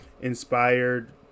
inspired